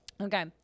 Okay